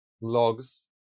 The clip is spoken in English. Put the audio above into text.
logs